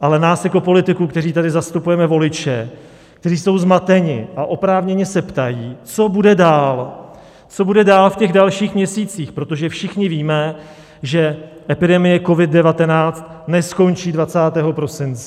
ale nás jako politiků, kteří tady zastupujeme voliče, kteří jsou zmateni a oprávněně se ptají, co bude dál, co bude dál v těch dalších měsících, protože všichni víme, že epidemie COVID19 neskončí 20. prosince.